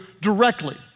directly